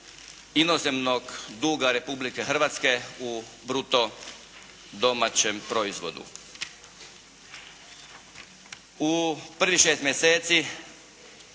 inozemnog duga Republike Hrvatske u bruto domaćem proizvodu. U prvih šest mjeseci